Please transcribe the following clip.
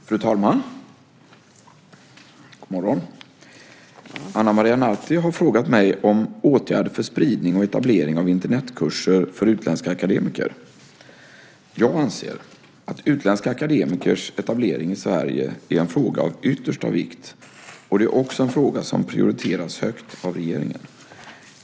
Fru talman! Ana Maria Narti har frågat mig om åtgärder för spridning och etablering av Internetkurser för utländska akademiker. Jag anser att utländska akademikers etablering i Sverige är en fråga av yttersta vikt, och det är också en fråga som prioriteras högt av regeringen.